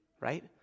right